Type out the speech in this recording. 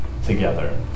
together